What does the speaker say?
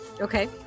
Okay